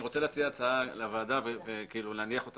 רוצה להציע הצעה לוועדה ולהניח אותה